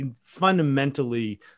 Fundamentally